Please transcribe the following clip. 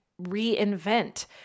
reinvent